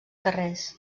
carrers